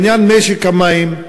עניין משק המים,